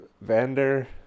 Vander